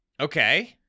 Okay